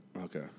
Okay